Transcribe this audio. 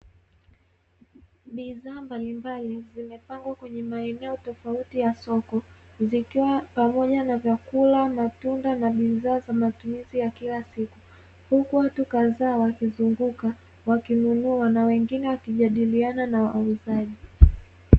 Bidhaa mbalimbali zimepangwa kwenye maeneo tofauti ya soko zikiwa pamoja na vyakula, matunda na bidhaa za matumizi ya kila siku. Huku watu kadhaa wakizunguka wakinunua na wengine wakijadiliana na wauzaji.